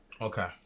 Okay